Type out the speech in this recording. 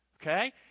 Okay